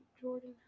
Jordan